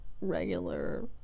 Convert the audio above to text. regular